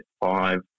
five